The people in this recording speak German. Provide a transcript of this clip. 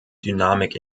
dynamik